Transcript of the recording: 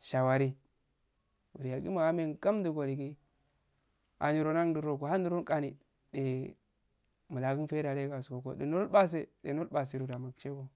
shawari wuye yaguma ahme ngamddu go digeh, ayi niro ndawdudo uhuniro aani deh, mul, hakun faidda layigaskko ehun niro lpase eh nol pasedo da ndawshi go